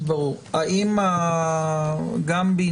אלא אם כן הורה בית המשפט אחרת.